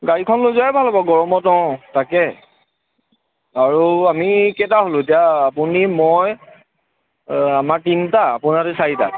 গাড়ীখন লৈ যোৱাই ভাল হ'ব গৰমত অঁ তাকে আৰু আমি কেইটা হ'লো এতিয়া আপুনি মই আমাৰ তিনিটা আপোনাৰ সৈতে চাৰিটা